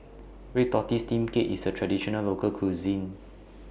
Red Tortoise Steamed Cake IS A Traditional Local Cuisine